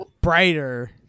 brighter